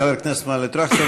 תודה לחבר הכנסת מנואל טרכטנברג.